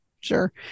sure